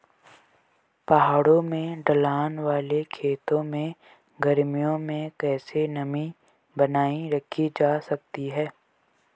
पहाड़ों में ढलान वाले खेतों में गर्मियों में कैसे नमी बनायी रखी जा सकती है?